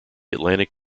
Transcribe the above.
atlantic